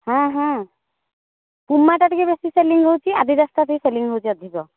ହଁ ହଁ ପୁମାଟା ଟିକିଏ ବେଶୀ ସେଲିଂ ହେଉଛି ଆଡ଼ିଡାସଟା ଟିକିଏ ସେଲିଂ ହେଉଛି ଅଧିକ